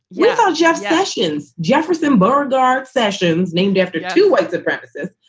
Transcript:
yeah ah jeff sessions, jefferson beauregard sessions, named after two white supremacists.